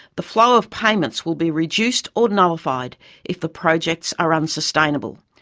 the flow of payments will be reduced or nullified if the projects are unsustainable.